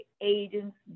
agents